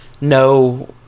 no